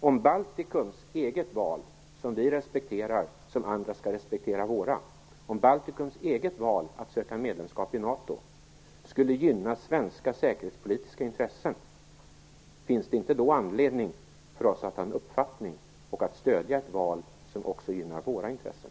Om Baltikums eget val - som vi respekterar på samma sätt som andra skall respektera vårt - att söka medlemskap i NATO skulle gynna svenska säkerhetspolitiska intressen, finns det inte då anledning för oss att ha en uppfattning och att stödja ett val som också gynnar våra intressen?